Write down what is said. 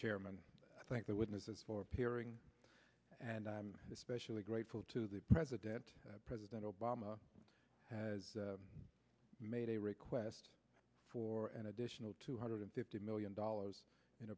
chairman i think the witnesses for appearing and i'm especially grateful to the president president obama has made a request for an additional two hundred fifty million dollars in